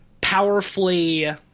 powerfully